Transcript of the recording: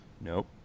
Nope